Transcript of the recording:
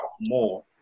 more